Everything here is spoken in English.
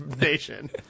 nation